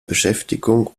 beschäftigung